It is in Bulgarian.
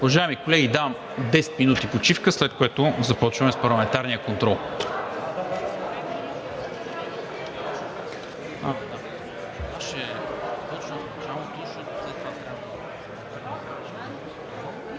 Уважаеми колеги, давам 10 минути почивка, след което започваме с парламентарния контрол.